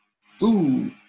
food